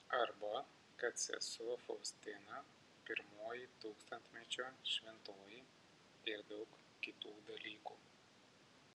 arba kad sesuo faustina pirmoji tūkstantmečio šventoji ir daug kitų dalykų